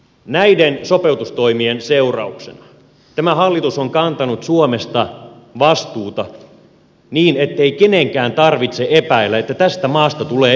näiden sopeutustoimien seurauksena tämä hallitus on kantanut suomesta vastuuta niin ettei kenenkään tarvitse epäillä että tästä maasta tulee ylivelkaantuva kriisimaa